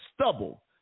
stubble